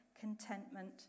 Contentment